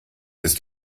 ist